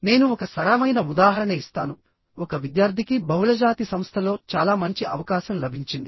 నేను ఒక సరళమైన ఉదాహరణ ఇస్తాను ఒక విద్యార్థికి బహుళజాతి సంస్థలో చాలా మంచి అవకాశం లభించింది